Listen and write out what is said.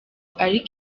ariko